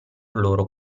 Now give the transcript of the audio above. loro